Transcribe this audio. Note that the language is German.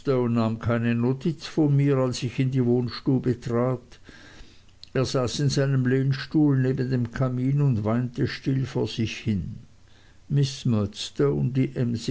nahm keine notiz von mir als ich in die wohnstube trat er saß in seinem lehnstuhl neben dem kamin und weinte still vor sich hin miß murdstone die